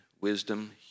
wisdom